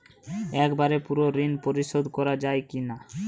একবারে পুরো ঋণ পরিশোধ করা যায় কি না?